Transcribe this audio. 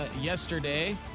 yesterday